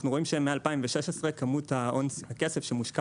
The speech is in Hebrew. אנחנו רואים שמ-2016 כמות הכסף שמושקע